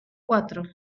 cuatro